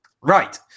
Right